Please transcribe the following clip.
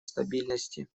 стабильности